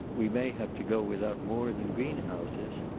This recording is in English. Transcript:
we may have to go without more than greenhouses.